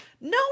no